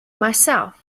myself